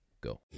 go